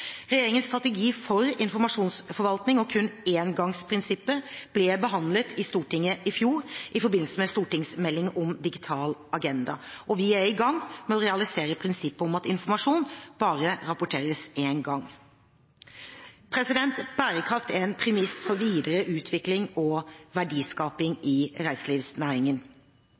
Regjeringens strategi for informasjonsforvaltning og «kun én gang»-prinsippet ble behandlet i Stortinget i fjor i forbindelse med stortingsmeldingen om digital agenda. Vi er i gang med å realisere prinsippet om at informasjon bare rapporteres én gang. Bærekraft er en premiss for videre utvikling og verdiskaping i reiselivsnæringen.